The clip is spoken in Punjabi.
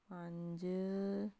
ਪੰਜ